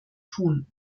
tun